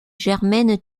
germaine